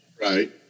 Right